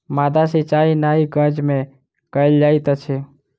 माद्दा सिचाई नाइ गज में कयल जाइत अछि